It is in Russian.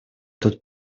тут